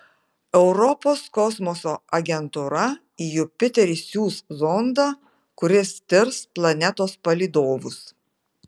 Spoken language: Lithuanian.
europos kosmoso agentūra į jupiterį siųs zondą kuris tirs planetos palydovus